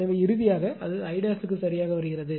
எனவே இறுதியாக அது 𝐼′ க்கு சரியாக வருகிறது